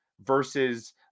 versus